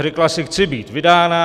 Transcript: Řekla si: Chci být vydána.